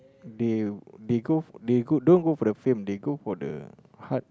they they go they go don't go for the fame they go for the heart